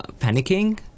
panicking